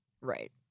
Right